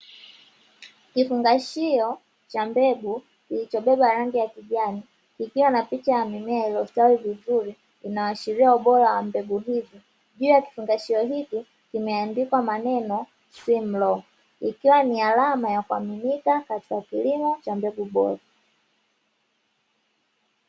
Kifugashio cha mbegu kilichobeba rangi ya kijani kikiwa na picha ya mimea iliyostawi vizuri inayoashiria ubora wa mbegu hizi. Juu ya kifungashio hiki kimeandikwa maneno "Simlaw", ikiwa ni alama ya kuaminika katika kilimo cha mbegu bora.